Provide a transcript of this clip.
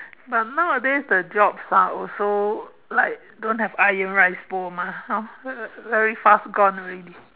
but nowadays the jobs are also like don't have iron rice bowl mah hor very fast gone already